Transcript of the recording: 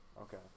Okay